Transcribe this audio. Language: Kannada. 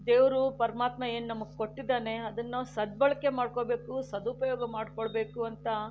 ದೇವರು ಪರಮಾತ್ಮ ಏನು ನಮಗೆ ಕೊಟ್ಟಿದ್ದಾನೆ ಅದನ್ನಾವು ಸದ್ಬಳಕೆ ಮಾಡ್ಕೋಬೇಕು ಸದುಪಯೋಗ ಮಾಡ್ಕೊಳ್ಬೇಕು ಅಂತ